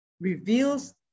reveals